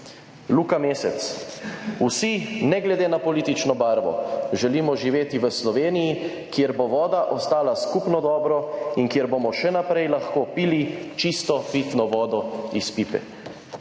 Luka Mesec: »Vsi, ne glede na politično barvo, želimo živeti v Sloveniji, kjer bo voda ostala skupno dobro in kjer bomo še naprej lahko pili čisto pitno vodo iz pipe.«